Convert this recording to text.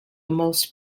most